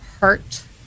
hurt